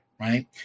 right